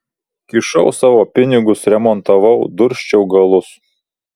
kišau savo pinigus remontavau dursčiau galus